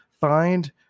find